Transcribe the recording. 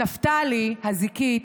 נפתלי, הזיקית,